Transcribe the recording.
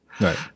Right